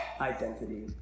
identity